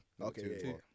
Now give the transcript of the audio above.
Okay